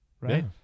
right